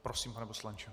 Prosím, pane poslanče.